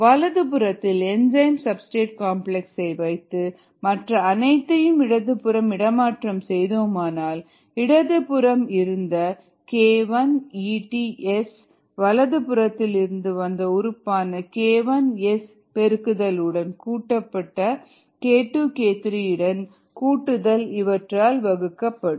வலதுபுறத்தில் ES வைத்து மற்ற அனைத்தையும் இடதுபுறம் இடமாற்றம் செய்தோமானால் இடதுபுறம் இருந்த k1EtS வலது புறத்திலிருந்து வந்த உறுப்பான k1 Sபெருக்குதல் உடன் கூட்டப்பட்ட k2k3 இன் கூட்டுதல் இவற்றால் வகுக்கப்படும்